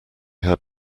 had